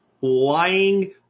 lying